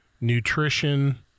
nutrition